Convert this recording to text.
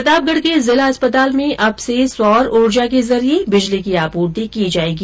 प्रतापगढ के जिला अस्पताल में अब से सौर ऊर्जा के जरिये बिजली की आपूर्ति की जाएगी